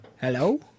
Hello